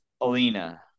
Alina